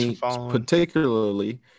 Particularly